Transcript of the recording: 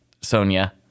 Sonia